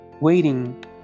Waiting